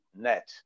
net